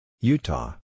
Utah